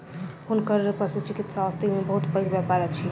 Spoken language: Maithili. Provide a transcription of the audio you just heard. हुनकर पशुचिकित्सा औषधि के बहुत पैघ व्यापार अछि